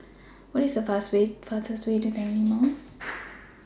Find The fastest Way to Tanglin Mall